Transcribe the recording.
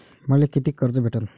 मले कितीक कर्ज भेटन?